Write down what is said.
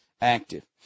active